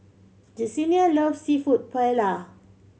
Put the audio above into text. Jesenia loves Seafood Paella